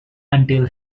until